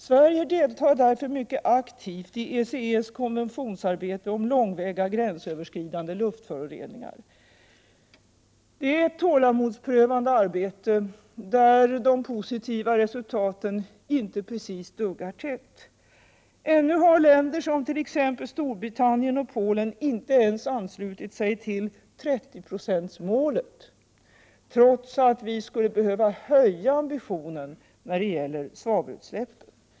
Sverige deltar därför mycket aktivt i ECE:s konventionsarbete om långväga gränsöverskridande luftföroreningar. Det är ett tålamodsprövande arbete där de positiva resultaten inte precis duggar tätt. Ännu har länder som t.ex. Storbritannien och Polen inte ens anslutit sig till 30-procentsmålet, trots att vi skulle behöva höja ambitionen när det gäller svavelutsläppen.